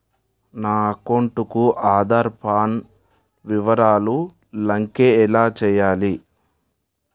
నా అకౌంట్ కు ఆధార్, పాన్ వివరాలు లంకె ఎలా చేయాలి?